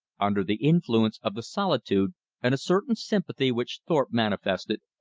under the influence of the solitude and a certain sympathy which thorpe manifested,